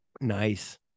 nice